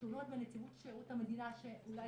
התלונות בנציבות שירות המדינה שזה אולי